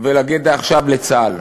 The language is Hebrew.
ולהגיד עכשיו לצה"ל